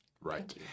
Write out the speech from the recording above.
Right